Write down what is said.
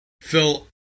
Phil